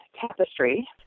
tapestry